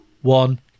one